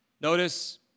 Notice